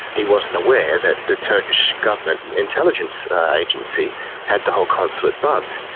he wasn't aware that the turkish government intelligence agency had the whole consulate bugged.